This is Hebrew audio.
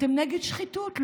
אתם נגד שחיתות, לא?